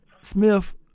Smith